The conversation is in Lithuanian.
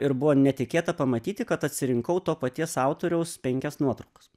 ir buvo netikėta pamatyti kad atsirinkau to paties autoriaus penkias nuotraukas